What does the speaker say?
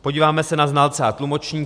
Podíváme se na znalce a tlumočníky.